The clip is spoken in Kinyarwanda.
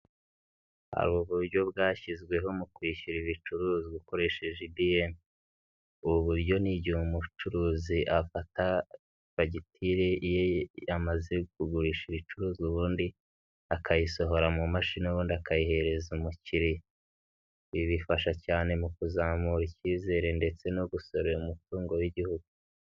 Hari uburyo bwashyizweho mu kwishyura ibicuruzwa ukoresheje IBM. Ubu buryo ni igihe umucuruzi afata fagitire ye iyo ayamaze kugurisha ibicuruzwa ubundi akayisohora mu mashini ubundi akayihereza umukiriya. Ibi bifasha cyane mu kuzamura icyizere ndetse no gusorera umutungo w'igihugu.